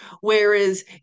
Whereas